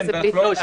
7 זה בלי תקרה.